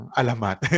alamat